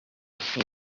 for